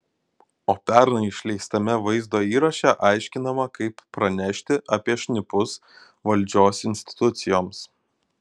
o pernai išleistame vaizdo įraše aiškinama kaip pranešti apie šnipus valdžios institucijoms